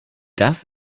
das